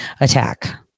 attack